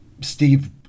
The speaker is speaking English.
Steve